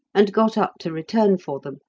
and got up to return for them,